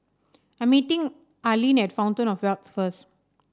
I'm meeting Arline at Fountain Of Wealth first